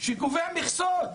שקובע מכסות,